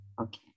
Okay